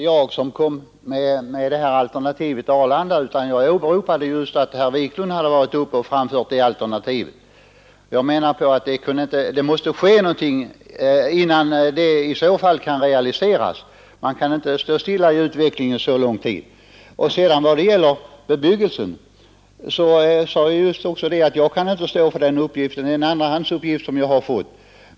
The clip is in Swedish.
Herr talman! Det var inte jag som kom med alternativet Arlanda. Jag åberopade att herr Wiklund i Stockholm hade framfört det alternativet, och jag sade att det måste ske någonting innan det projektet kan realiseras. Man kan inte stå stilla i utvecklingen så lång tid. Vad sedan gäller bebyggelsen så sade jag att jag inte kan stå för en uppgift som jag fått i andra hand.